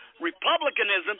republicanism